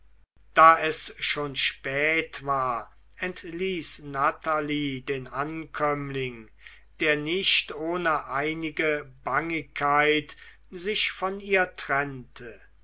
da es schon spät war entließ natalie den ankömmling der nicht ohne einige bangigkeit sich von ihr trennte